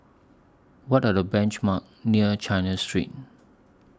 What Are The benchmark near China Street